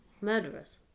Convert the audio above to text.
murderers